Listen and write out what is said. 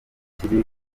kiri